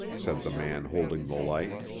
said the man holding the light,